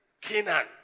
Canaan